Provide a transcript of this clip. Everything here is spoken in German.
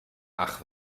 ach